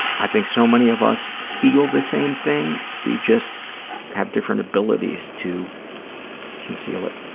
i think so many of us feel the same thing. we just have different abilities to conceal it.